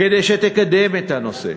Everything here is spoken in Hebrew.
כדי שתקדם את הנושא,